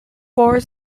wars